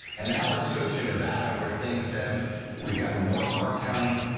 and now let's go to nevada where things have we've got more clark county.